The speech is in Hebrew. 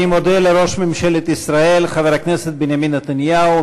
אני מודה לראש ממשלת ישראל חבר הכנסת בנימין נתניהו,